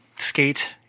skate